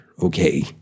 okay